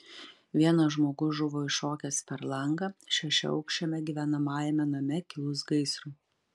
vienas žmogus žuvo iššokęs per langą šešiaaukščiame gyvenamajame name kilus gaisrui